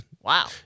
Wow